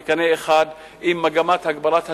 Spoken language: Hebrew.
בקנה אחד עם מגמת הגברת השקיפות,